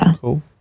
cool